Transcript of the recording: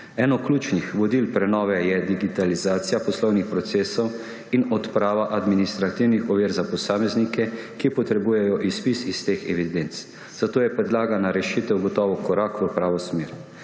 Eno ključnih vodil prenove je digitalizacija poslovnih procesov in odprava administrativnih ovir za posameznike, ki potrebujejo izpis iz teh evidenc, zato je predlagana rešitev gotovo korak v pravo smer.